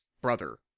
brother